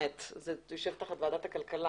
אלא תחת ועדת הכלכלה